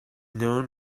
known